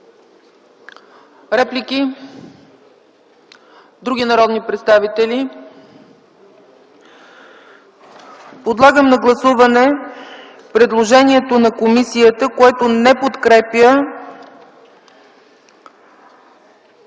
Реплики? Други народни представители? Подлагам на гласуване предложението на комисията, което не подкрепя